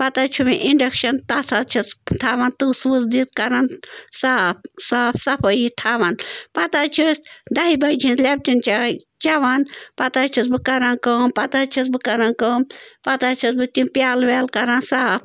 پتہٕ حظ چھِ مےٚ اِنٛڈَکشَن تَتھ حظ چھَس تھاوان تٕژھ وٕژھ دِتھ کَران صاف صاف صفٲیی تھاوان پتہٕ حظ چھِ أسۍ دَہہِ بَجہِ ہِنٛز لٮ۪پٹَن چاے چٮ۪وان پتہٕ حظ چھَس بہٕ کَران کٲم پتہٕ حظ چھَس بہٕ کَران کٲم پتہٕ حظ چھَس بہٕ تِم پیٛالہٕ ویٛالہٕ کَران صاف